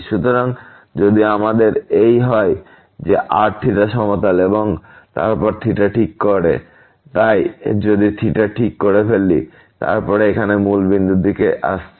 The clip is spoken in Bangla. সুতরাং যদি আমাদের এই হয় আমাদের r সমতল এবং তারপর ঠিক করে তাই যদি আমরা ঠিক করে ফেলি এবং তারপর এখানে মূল বিন্দুর দিকে আসছি